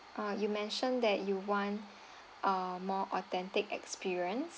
ah you mentioned that you want ah more authentic experience